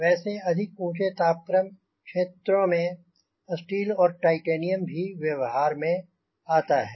वैसे अधिक ऊँचे तापक्रम क्षेत्रों में स्टील और टायटेनीयम भी व्यवहार में आता है